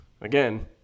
again